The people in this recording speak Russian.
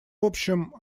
общем